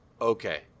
okay